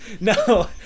No